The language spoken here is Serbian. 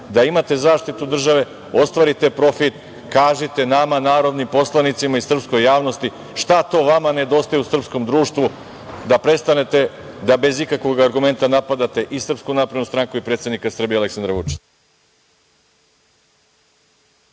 da imate zaštitu države, ostvarite profit, kažite nama narodnim poslanicima i srpskoj javnosti, šta vam to nedostaje u srpskom društvu da prestanete da bez ikakvog argumente napadate i SNS i predsednika Srbije Aleksandra Vučića?